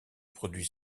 produit